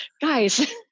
guys